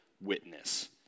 witness